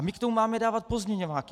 My k tomu máme dávat pozměňováky.